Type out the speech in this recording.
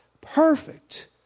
perfect